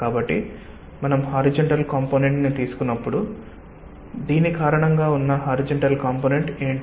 కాబట్టి మనం horizontal component ని తీసుకున్నప్పుడు దీని కారణంగా ఉన్న హారీజంటల్ కాంపొనెంట్ ఏమిటి